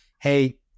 hey